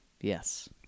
Yes